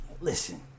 Listen